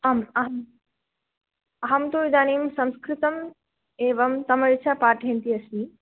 आम् अहम् अहं तु इदानीं संस्कृतं एवं तमिळ् च पाठयन्ती अस्मि